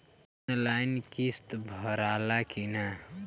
Online किस्त भराला कि ना?